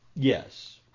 Yes